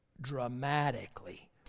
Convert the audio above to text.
dramatically